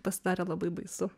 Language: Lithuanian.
pasidarė labai baisu